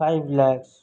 five lacs